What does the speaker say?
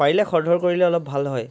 পাৰিলে খৰধৰ কৰিলে অলপ ভাল হয়